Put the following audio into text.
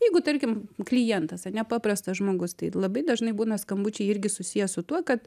jeigu tarkim klientas ane paprastas žmogus tai labai dažnai būna skambučiai irgi susiję su tuo kad